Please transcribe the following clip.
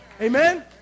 Amen